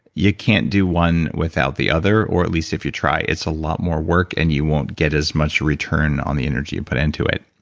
you can't do one without the other or at least if you try, it's a lot more work and you won't get as much return on the energy you put into it.